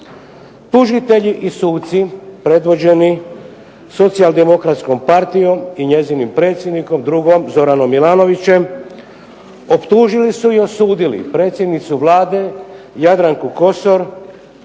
Tužitelji i suci predvođeni Socijaldemokratskom partijom i njezinim predsjednikom, drugom Zoranom Milanovićem optužili su i osudili predsjednicu Vlade Jadranku Kosor